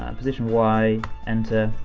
ah position y, enter.